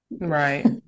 right